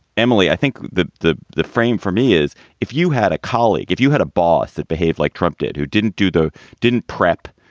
emily, i think that the the frame for me is if you had a colleague, if you had a boss that behaved like trump did, who didn't do the didn't prep,